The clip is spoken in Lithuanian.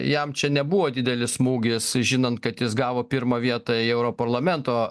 jam čia nebuvo didelis smūgis žinant kad jis gavo pirmą vietą į europarlamento